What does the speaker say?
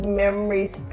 memories